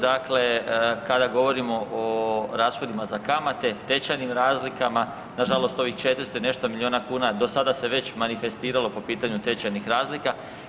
Dakle, kada govorimo o rashodima za kamate, tečajnim razlikama, nažalost ovih 400 i nešto milijuna kuna do sada se već manifestiralo po pitanju tečajnih razlika.